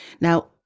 Now